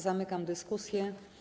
Zamykam dyskusję.